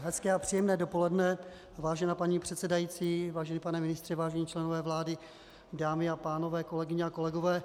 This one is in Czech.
Hezké a příjemné dopoledne, vážená paní předsedající, vážený pane ministře, vážení členové vlády, dámy a pánové, kolegyně a kolegové.